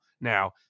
now